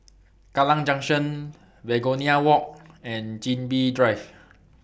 Kallang Junction Begonia Walk and Chin Bee Drive